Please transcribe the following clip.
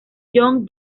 john